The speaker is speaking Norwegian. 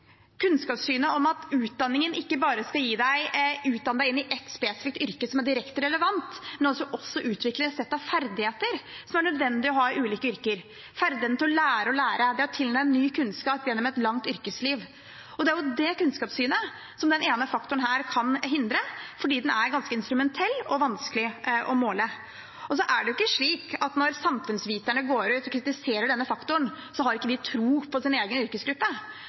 kunnskapssynet om at utdanningen ikke bare skal utdanne deg til ett spesifikt yrke og være direkte relevant, men at den også skal utvikle et sett av ferdigheter som er nødvendig å ha i ulike yrker, ferdigheten til å lære å lære eller tilegne seg ny kunnskap gjennom et langt yrkesliv. Det er det kunnskapssynet som den ene faktoren her kan hindre, fordi den er ganske instrumentell og vanskelig å måle. Det er ikke slik at når Samfunnsviterne går ut og kritiserer denne faktoren, så har de ikke tro på sin egen yrkesgruppe.